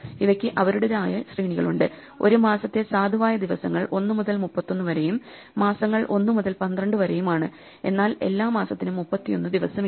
ഇവയ്ക്ക് അവരുടേതായ ശ്രേണികളുണ്ട് ഒരു മാസത്തെ സാധുവായ ദിവസങ്ങൾ 1 മുതൽ 31 വരെയും മാസങ്ങൾ 1 മുതൽ 12 വരെയുമാണ് എന്നാൽ എല്ലാ മാസത്തിനും 31 ദിവസമില്ല